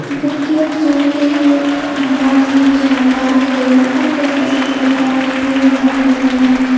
cricket جو کہ بہت ہی شاندار کھیل ہے ہر کوئی پسند کرتا ہے ہمیں بھی بہت پسند ہے